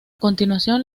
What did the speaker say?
continuación